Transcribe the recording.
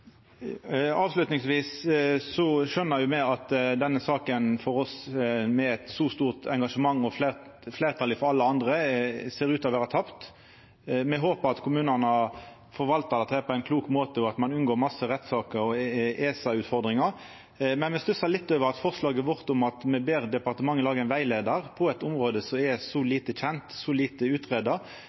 Avslutningsvis skjøner me at denne saka for oss, med eit så stort engasjement og fleirtal frå alle andre, ser ut til å vera tapt. Me håper at kommunane forvaltar dette på ein klok måte, og at ein unngår masse rettssaker og ESA-utfordringar. Men me stussar litt over at forslaget vårt om at me ber departementet laga ein rettleiar, på eit område som er så lite kjent og greidd ut, ikkje ser ut til å få fleirtal. Så